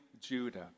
Judah